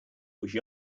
wish